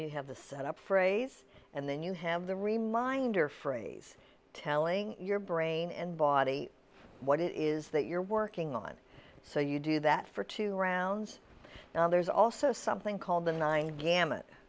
you have the set up phrase and then you have the reminder phrase telling your brain and body what it is that you're working on so you do that for two rounds now there's also something called the nine gamut